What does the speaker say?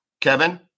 Kevin